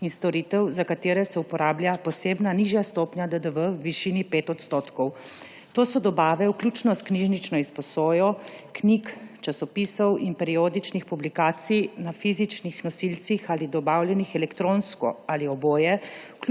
in storitev, za katere se uporablja posebna nižja stopnja DDV v višini 5 %. To so dobave vključno s knjižnično izposojo knjig, časopisov in periodičnih publikacij na fizičnih nosilcih ali dobavljenih elektronsko ali oboje,